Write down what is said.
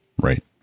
Right